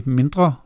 mindre